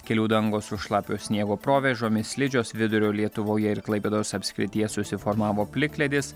kelių dangos su šlapio sniego provėžomis slidžios vidurio lietuvoje ir klaipėdos apskrityje susiformavo plikledis